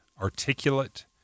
articulate